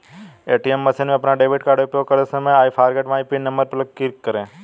ATM machine में अपना debit card उपयोग करते समय I forget my PIN number पर क्लिक करें